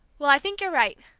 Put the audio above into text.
well, i think you're right,